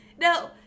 No